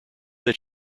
that